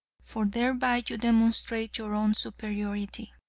for thereby you demonstrate your own superiority.